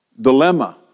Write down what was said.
dilemma